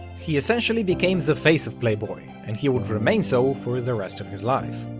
he essentially became the face of playboy, and he would remain so for the rest of his life.